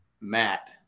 Matt